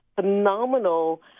phenomenal